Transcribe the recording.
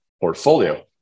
portfolio